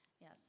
Yes